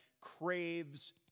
craves